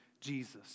Jesus